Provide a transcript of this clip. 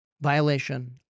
violation